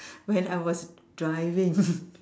when I was driving